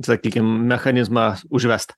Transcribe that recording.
sakykim mechanizmą užvest